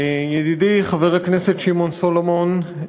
ידידי חבר הכנסת שמעון סולומון,